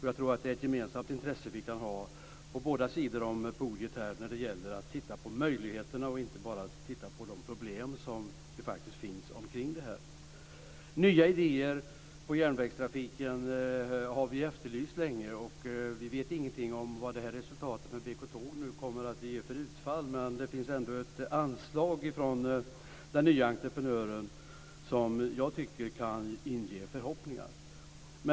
Jag tror att det är ett gemensamt intresse vi kan ha på båda sidor om podiet när det gäller att titta på möjligheterna, inte bara de problem som faktiskt finns omkring detta. Nya idéer på järnvägstrafiken har vi efterlyst länge. Vi vet ingenting om vad det här med BK Tåg kommer att ge för utfall, men det finns ändå ett anslag från den nya entreprenören som jag tycker kan inge förhoppningar.